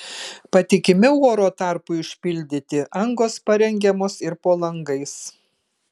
patikimiau oro tarpui užpildyti angos parengiamos ir po langais